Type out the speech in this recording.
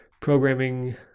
programming